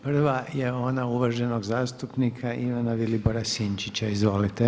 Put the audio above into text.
Prva je ona uvaženog zastupnika Ivana Vilibora Sinčića, izvolite.